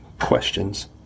questions